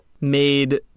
made